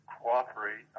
cooperate